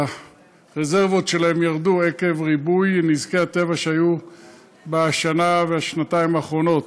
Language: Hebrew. הרזרבות שלהם ירדו עקב ריבוי נזקי הטבע שהיו בשנה והשנתיים האחרונות.